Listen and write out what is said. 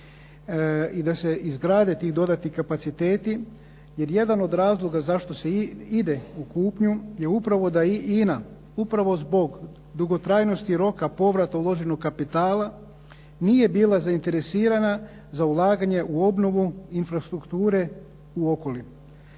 i da se izgrade ti dodatni kapaciteti jer jedan od razloga zašto se ide u kupnju je upravo da INA upravo zbog dugotrajnosti roka povrata uloženog kapitala nije bila zainteresirana za ulaganje u obnovu infrastrukture u Okoli.